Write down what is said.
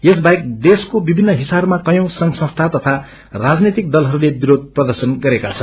यसबाहेक देशको विभिन्न हिस्साहरूमा कयौं संघ संसी तथा राजनैतिक दलहरूले विरोध प्रर्दशन गरेका छन्